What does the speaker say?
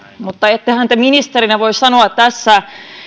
mutta ettehän te ministerinä voi sanoa tässä